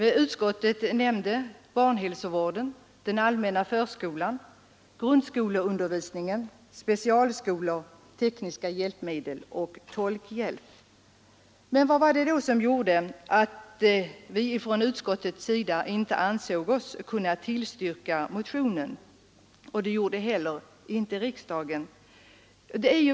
Utskottet nämnde barnhälsovården, den allmänna förskolan, grundskoleundervisningen, specialskolor, tekniska hjälpmedel och tolkhjälp. Men vad var det som gjorde att vi från utskottets sida inte ansåg oss kunna biträda motionen, vilket inte heller riksdagen gjorde?